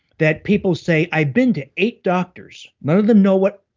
that people say i been to eight doctors. none of them know what,